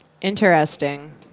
Interesting